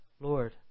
Lord